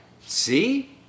See